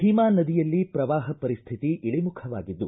ಭೀಮಾ ನದಿಯಲ್ಲಿ ಶ್ರವಾಹ ಪರಿಸ್ಕಿತಿ ಇಳಮುಖವಾಗಿದ್ದು